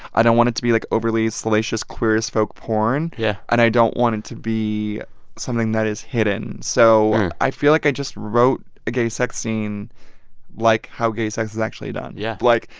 i don't want it to be, like, overly salacious queer as folk porn yeah and i don't want it to be something that is hidden. so i feel like i just wrote a gay sex scene like how gay sex is actually done yeah like,